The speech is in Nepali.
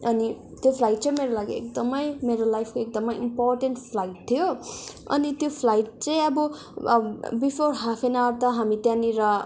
अनि त्यो फ्लाइट चाहिँ मेरो लागि एकदमै मेरो लाइफको एकदमै इम्पोर्टेन्ट फ्लाइट थियो अनि त्यो फ्लाइट चाहिँ अब बिफोर हाफ एन आवर त हामी त्यहाँनिर